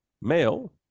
male